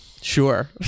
Sure